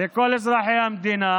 לכל אזרחי המדינה,